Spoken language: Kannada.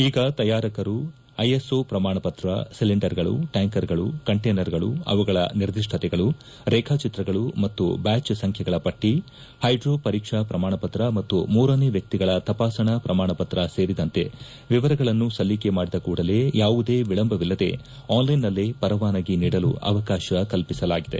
ಈಗ ತಯಾರಕರು ಐಎಸ್ಒ ಪ್ರಮಾಣಪತ್ರ ಸಿಲಿಂಡರ್ಗಳು ಟ್ಗಾಂಕುಗಳು ಕಂಟೀನರ್ಗಳು ಅವುಗಳ ನಿರ್ದಿಷ್ಟತೆಗಳು ರೇಖಾಚಿತ್ರಗಳು ಮತ್ತು ಬ್ಲಾಚ್ ಸಂಖ್ಯೆಗಳ ಷಟ್ಸ ವೈಡ್ರೋ ಪರೀಕ್ಷಾ ಪ್ರಮಾಣ ಪತ್ರ ಮತ್ತು ಮೂರನೇ ವ್ಯಕ್ತಿಗಳ ತಪಾಸಣಾ ಪ್ರಮಾಣಪತ್ರ ಸೇರಿದಂತೆ ವಿವರಗಳನ್ನು ಸಲ್ಲಿಕೆ ಮಾಡಿದ ಕೂಡಲೇ ಯಾವುದೇ ವಿಳಂಬವಿಲ್ಲದೆ ಆನ್ಲೈನ್ನಲ್ಲೇ ಪರವಾನಗಿ ನೀಡಲು ಅವಕಾತ ಕಲ್ಲಿಸಲಾಗಿದೆ